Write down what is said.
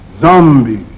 Zombies